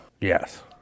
Yes